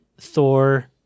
Thor